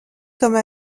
comme